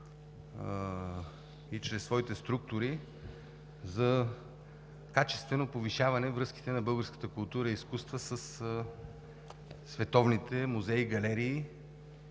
и чрез своите структури за качествено повишаване връзките на българската култура и изкуства със световните музеи и галерии,